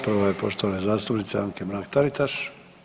Prva je poštovane zastupnice Anke Mrak-Taritaš.